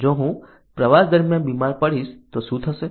જો હું પ્રવાસ દરમિયાન બીમાર પડીશ તો શું થશે